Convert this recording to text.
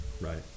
Right